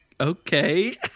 okay